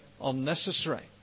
unnecessary